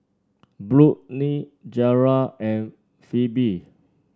Brooklyn Gearld and Phebe